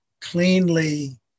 cleanly